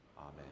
Amen